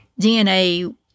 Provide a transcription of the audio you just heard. DNA